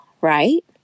right